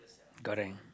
correct